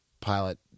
pilot